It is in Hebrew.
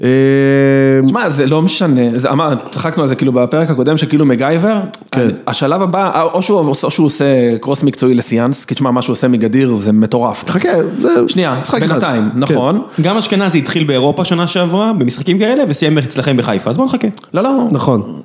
שמע זה לא משנה זה אמרנו צחקנו על זה כאילו בפרק הקודם שכאילו מגייבר השלב הבא או שהוא עושה קרוס מקצועי לסיאנס כי תשמע מה שהוא עושה מגדיר זה מטורף. חכה, שנייה, משחק אחד. בינתיים, נכון. גם אשכנזי התחיל באירופה שנה שעברה במשחקים כאלה וסיים אצלכם בחיפה אז בוא נחכה. לא לא, נכון.